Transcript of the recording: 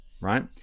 right